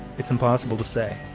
it's impossible to say,